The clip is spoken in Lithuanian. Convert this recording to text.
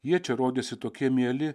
jie čia rodėsi tokie mieli